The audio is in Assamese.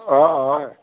অঁ হয়